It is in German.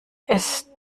ist